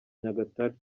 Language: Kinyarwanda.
nyagatare